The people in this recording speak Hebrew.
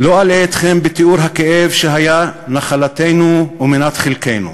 לא אלאה אתכם בתיאור הכאב שהיה נחלתנו ומנת חלקנו.